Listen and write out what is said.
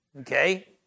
okay